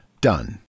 Done